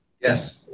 Yes